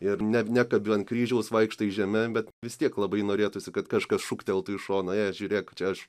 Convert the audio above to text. ir ne nekabi ant kryžiaus vaikštai žeme bet vis tiek labai norėtųsi kad kažkas šūkteltų į šoną ė žiūrėk čia aš